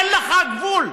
אין לך גבול.